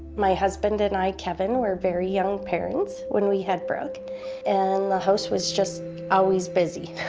my husband and i, kevin, were very young parents when we had brooke and the house was just always busy.